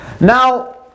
Now